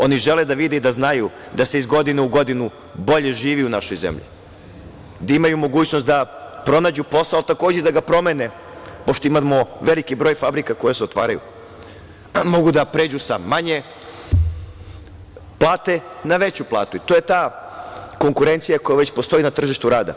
Oni žele da vide i da znaju da se iz godine u godinu bolje živi u našoj zemlji, da imaju mogućnost da pronađu posao, ali takođe i da ga promene, pošto imamo veliki broj fabrika koje se otvaraju, mogu da pređu sa manje plate na veću platu i to je ta konkurencija koja već postoji na tržištu rada.